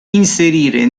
inserire